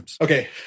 Okay